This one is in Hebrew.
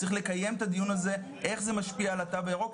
צריך לקיים את הדיון הזה איך זה משפיע על התו הירוק,